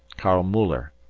karl muller,